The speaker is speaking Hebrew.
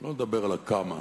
לא לדבר על ה"כמה",